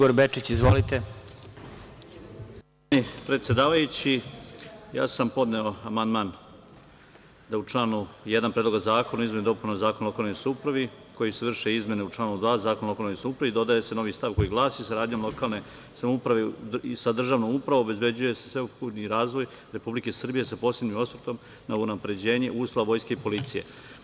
Poštovani predsedavajući, ja sam podneo amandman da u članu 1. Predloga zakona o izmenama i dopunama Zakona o lokalnoj samoupravi, kojim se vrše izmene u članu 2. Zakona o lokalnoj samoupravi, dodaje se novi stav koji glasi – saradnjom lokalne samouprave sa državnom upravom obezbeđuje se sveukupni razvoj Republike Srbije, sa posebnim osvrtom na unapređenje uslova vojske i policije.